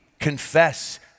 confess